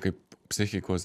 kaip psichikos